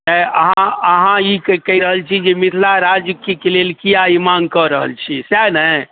अँइ अहाँ अहाँ ई कहि रहल छी जे मिथिला राज्यके लेल किएक ई माँग कऽ रहल छी सएह ने